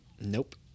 Nope